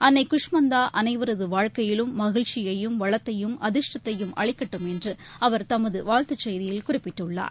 அள்ளை குஷ்மந்தா அனைவரது வாழ்க்கையிலும் மகிழ்ச்சியையும் வளத்தையும் அதிாஷ்டத்தையும் அளிக்கட்டும் என்று அவர் தமது வாழ்த்துச் செய்தியில் குறிப்பிட்டுள்ளார்